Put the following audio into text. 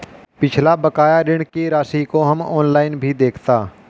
पिछला बकाया ऋण की राशि को हम ऑनलाइन भी देखता